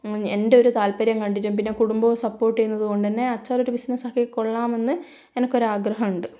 എൻ്റെ ഒരു താൽപ്പര്യം കൊണ്ടിട്ടും പിന്നെ കുടുംബവും സപ്പോർട്ട് ചെയ്യുന്നത് കൊണ്ട് തന്നെ അച്ചാർ ഒരു ബിസിനസ് ആക്കി കൊള്ളാമെന്ന് എനിക്ക് ഒരു ആഗ്രഹം ഉണ്ട്